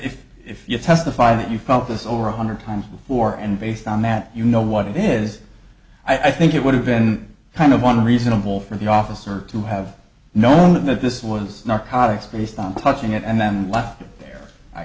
if if you testify that you felt this over a hundred times before and based on that you know what it is i think it would have been kind of one reasonable for the officer to have known that this was not chaotic space touching it and then left it there i